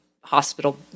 hospital